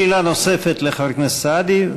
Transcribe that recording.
שאלה נוספת לחבר הכנסת סעדי.